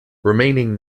remaining